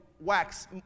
wax